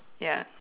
ya